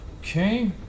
Okay